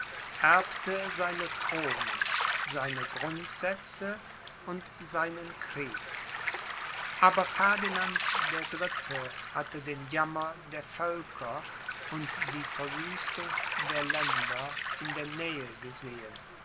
erbte seine throne seine grundsätze und seinen krieg aber ferdinand der dritte hatte den jammer der völker und die verwüstung der länder in der nähe gesehen